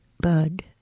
Bud